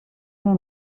una